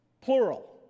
Plural